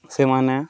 ସେମାନେ